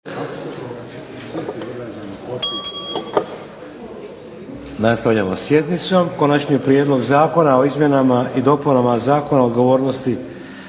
na glasovanje Konačni prijedlog zakona o izmjenama i dopunama Zakona o odgovornosti